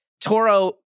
Toro